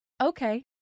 Okay